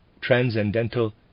Transcendental